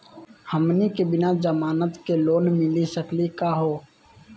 हमनी के बिना जमानत के लोन मिली सकली क हो?